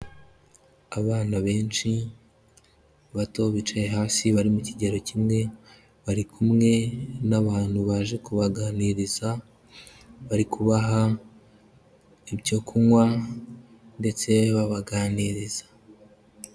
Abana benshi bato bicaye hasi bari mu kigero kimwe, bari kumwe n'abantu baje kubaganiriza, bari kubaha ibyo kunywa ndetse babaganiriza.